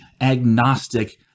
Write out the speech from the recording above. agnostic